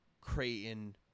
Creighton